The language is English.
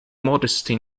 modesty